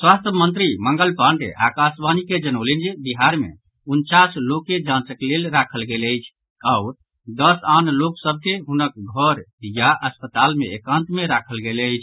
स्वास्थ्य मंत्री मंगल पाण्डेय आकाशवाणी के जनौलनि जे बिहार मे उनचास लोक के जांचक लेल राखल गेल अछि आओर दस आन लोक सभ के हुनक घर या अस्पताल मे एकांत मे राखल गेल अछि